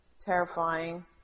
terrifying